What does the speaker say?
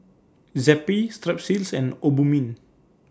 Zappy Strepsils and Obimin